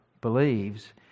believes